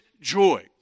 joy